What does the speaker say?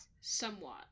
Somewhat